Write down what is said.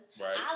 Right